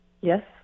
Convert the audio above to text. Yes